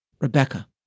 Rebecca